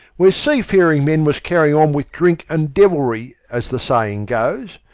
where seafaring men was carrying on with drink and devilry, as the saying goes.